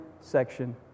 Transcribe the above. section